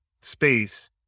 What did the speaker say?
space